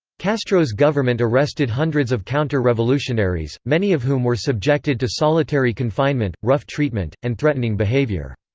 castro's government arrested hundreds of counter-revolutionaries, many of whom were subjected to solitary confinement, rough treatment, and threatening behavior.